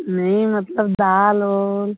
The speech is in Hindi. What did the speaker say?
नहीं मतलब दाल और